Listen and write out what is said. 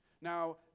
Now